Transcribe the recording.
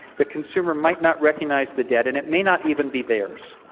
the consumer might not recognize the debt, and it may not even be theirs.